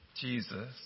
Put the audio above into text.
Jesus